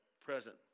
present